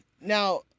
Now